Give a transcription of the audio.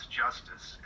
justice